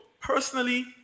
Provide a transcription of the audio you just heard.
personally